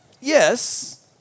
Yes